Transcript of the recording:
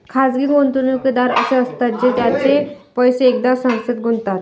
खाजगी गुंतवणूकदार असे असतात जे त्यांचे पैसे एखाद्या संस्थेत गुंतवतात